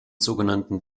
sogenannten